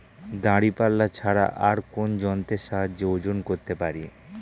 দাঁড়িপাল্লা ছাড়া আর কোন যন্ত্রের সাহায্যে ওজন করতে পারি?